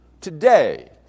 today